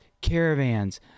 caravans